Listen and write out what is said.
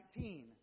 19